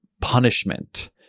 punishment—